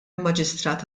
maġistrat